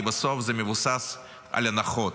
כי בסוף זה מבוסס על הנחות,